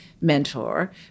mentor